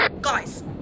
Guys